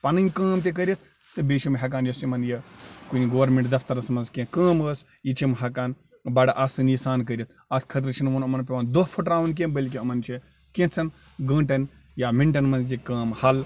پَنٕنۍ کٲم تہِ کٔرِتھ تہٕ بیٚیہِ چھِ یِم ہیٚکان یۄس یِمَن یہِ کُنہِ گورمیٚنٛٹ دَفترَس منٛز کیٚنٛہہ کٲم ٲس یہِ چھِ یِم ہیٚکان بَڑٕ آسٲنی سان کٔرِتھ اَتھ خٲطرٕ چھُنہٕ وۄنۍ یِمَن پیٚوان دۄہ پھٕٹراوُن کیٚنٛہہ بٔلکہِ یِمَن چھِ کیٚنٛژھن گھٲنٹَن یا منٹَن منٛز یہِ کٲم حَل